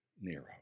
Nero